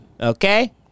okay